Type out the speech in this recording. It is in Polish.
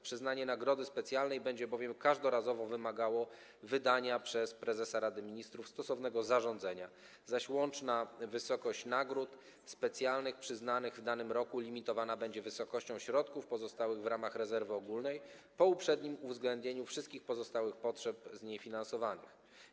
Przyznanie nagrody specjalnej będzie bowiem każdorazowo wymagało wydania przez prezesa Rady Ministrów stosownego zarządzenia, łączna zaś wysokość nagród specjalnych udzielanych w danym roku limitowana będzie wysokością środków pozostałych w ramach rezerwy ogólnej, po uprzednim uwzględnieniu wszystkich innych potrzeb z niej finansowanych.